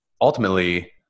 ultimately